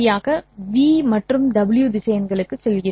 V' மற்றும் w' திசையன்களுக்குச் செல்கிறோம்